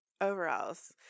overalls